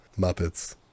Muppets